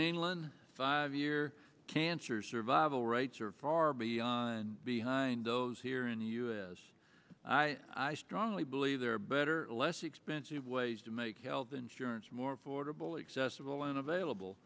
england five year cancer survival rates are far beyond behind those here in the us i strongly believe there are better less expensive ways to make health insurance more affordable accessible and available